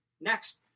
Next